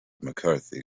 mccarthy